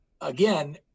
again